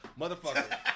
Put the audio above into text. motherfucker